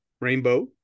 rainbow